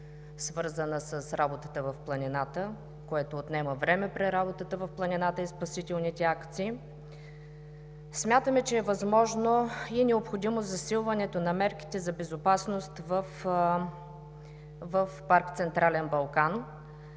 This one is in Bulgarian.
свързана с работата в планината, което отнема време при работата в планината и спасителните акции, смятаме, че е възможно и необходимо засилването на мерките за безопасност в Национален парк